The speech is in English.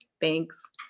thanks